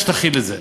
שתכיל את זה.